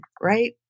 Right